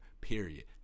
Period